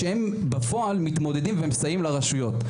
שהם בפועל מתמודדים ומסייעים לרשויות.